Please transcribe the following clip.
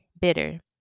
bitter